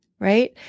right